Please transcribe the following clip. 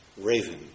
raven